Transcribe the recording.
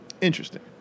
Interesting